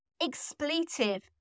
expletive